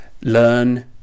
learn